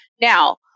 Now